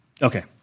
Okay